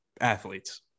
athletes